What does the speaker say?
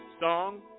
song